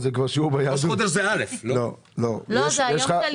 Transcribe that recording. ועשית דברים טובים